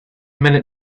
minute